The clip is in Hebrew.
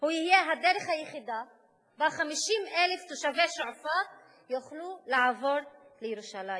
הוא יהיה הדרך היחידה שבה 50,000 תושבי שועפאט יוכלו לעבור לירושלים.